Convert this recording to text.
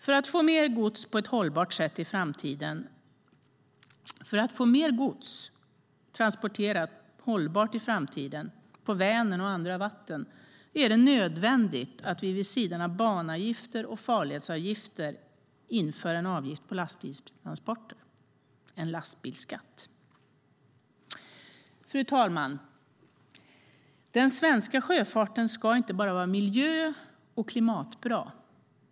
För att få mer gods transporterat hållbart i framtiden på Vänern och andra vatten är det nödvändigt att vi vid sidan av banavgifter och farledsavgifter inför en avgift på lastbilstransporter, en lastbilsskatt. Fru talman! Den svenska sjöfarten ska inte bara vara miljö och klimatbra.